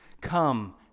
come